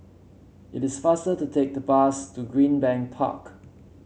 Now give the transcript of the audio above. it is faster to take the bus to Greenbank Park